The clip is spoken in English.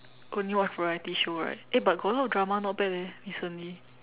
only watch variety show right eh but got a lot drama not bad leh recently